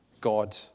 God